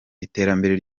iterambere